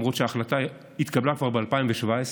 למרות שההחלטה התקבלה כבר ב-2017.